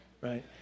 right